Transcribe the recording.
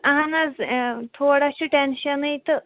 اَہَن حظ تھوڑا چھُ ٹیٚنشَنٕے تہٕ